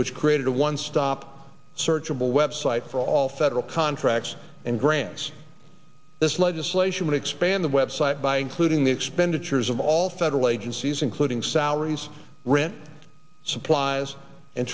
which created a one stop searchable website for all federal contracts and grants this legislation would expand the website by including the expenditures of all federal age he's including salaries rent supplies and